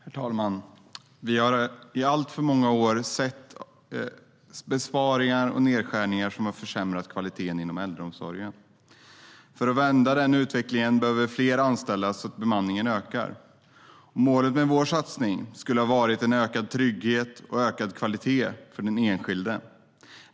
Herr talman! Vi har i alltför många år sett besparingar och nedskärningar som har försämrat kvaliteten inom äldreomsorgen. För att vända den utvecklingen behöver fler anställas så att bemanningen ökar. Målet med vår satsning skulle ha varit ökad trygghet och ökad kvalitet för den enskilde.